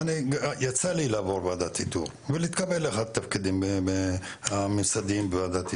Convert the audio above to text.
יצא לי לעבור ועדת איתור ולהתקבל לאחד התפקידים המשרדיים בוועדת איתור,